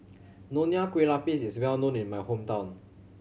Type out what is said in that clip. Nonya Kueh Lapis is well known in my hometown